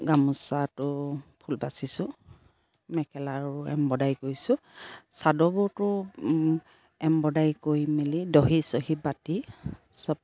গামোচাটো ফুল বাচিছোঁ মেখেলা আৰু এম্ব্ৰইদাৰী কৰিছোঁ চাদবোৰতো এম্ব্ৰইদাৰী কৰি মেলি দহি চহি বাতি চব